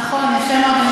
נכון, יפה מאוד.